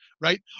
right